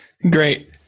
Great